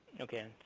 Okay